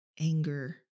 anger